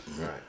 Right